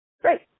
Great